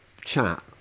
chat